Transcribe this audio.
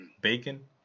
Bacon